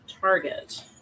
target